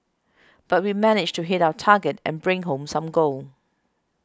but we managed to hit our target and bring home some gold